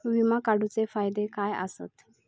विमा काढूचे फायदे काय आसत?